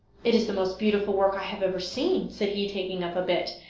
it is the most beautiful work i have ever seen said he, taking up a bit.